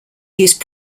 used